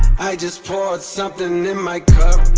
i just poured somethin' in my cup